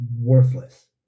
worthless